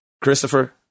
Christopher